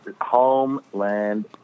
Homeland